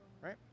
right